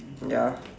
ya